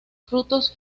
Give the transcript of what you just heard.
frutos